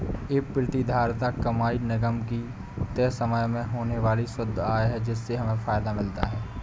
ये प्रतिधारित कमाई निगम की तय समय में होने वाली शुद्ध आय है जिससे हमें फायदा मिलता है